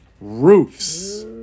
roofs